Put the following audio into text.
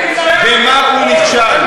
במה הוא נכשל?